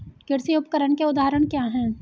कृषि उपकरण के उदाहरण क्या हैं?